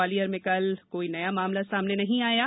ग्वालियर में कल कोई नया मामला सामने नहीं आया है